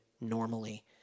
normally